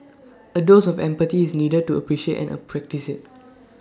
A dose of empathy is needed to appreciate and practice IT